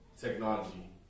Technology